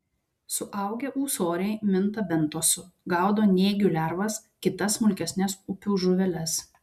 suaugę ūsoriai minta bentosu gaudo nėgių lervas kitas smulkesnes upių žuveles